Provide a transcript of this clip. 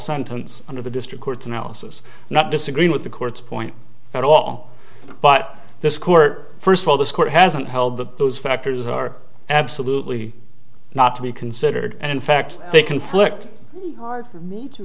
sentence under the district court's analysis not disagreeing with the court's point at all but this court first of all this court hasn't held that those factors are absolutely not to be considered and in fact they conflict hard for me to